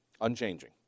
Unchanging